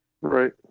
Right